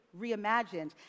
reimagined